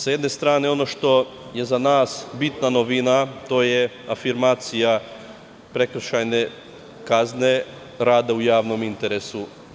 Sa jedne strane, ono što je za nas bitna novina, to je afirmacija prekršajne kazne rada u javnom interesu.